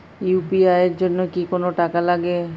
UPI এর জন্য কি কোনো টাকা লাগে?